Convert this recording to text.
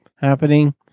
happening